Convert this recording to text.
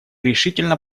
решительно